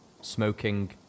smoking